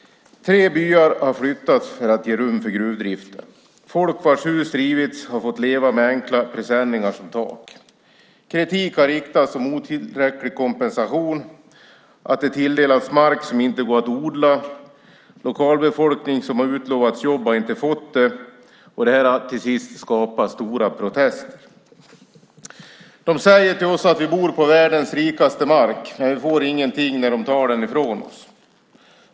Tre byar har flyttats för att ge rum för gruvdriften. Folk vars hus har rivits har fått leva med enkla presenningar som tak. Kritik har riktats om otillräcklig kompensation och att människor har tilldelats mark som inte går att odla. Lokalbefolkning som har utlovats jobb har inte fått det, och det här har till sist skapat stora protester. De säger till oss att vi bor på världens rikaste mark, men vi får ingenting när de tar den ifrån oss.